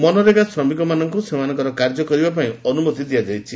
ମନରେଗା ଶ୍ରମିକମାନଙ୍କୁ ସେମାନଙ୍କର କାର୍ଯ୍ୟ କରିବା ପାଇଁ ଅନୁମତି ପ୍ରଦାନ କରାଯାଇଛି